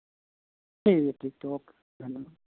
ठीक है ठीक तो ओके धन्यवाद